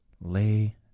Lay